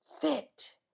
fit